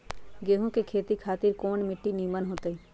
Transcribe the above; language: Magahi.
गेंहू की खेती खातिर कौन मिट्टी निमन हो ताई?